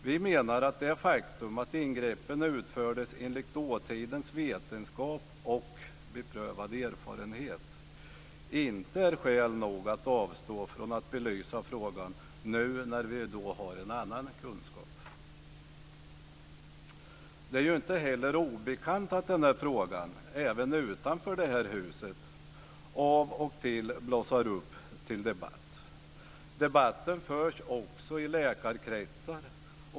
Vi menar att det faktum att ingreppen utfördes enligt dåtidens vetenskap och beprövade erfarenhet inte är skäl nog att avstå från att belysa frågan nu när vi har en annan kunskap. Det är inte heller obekant att debatten i den här frågan av och till blossar upp även utanför det här huset. Debatten förs också i läkarkretsar.